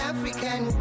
African